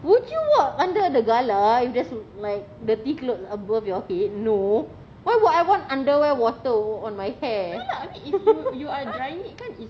would you walk under the galah if there's like dirty clothes above your head no why would I want underwear water on my hair